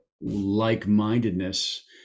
like-mindedness